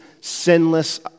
sinless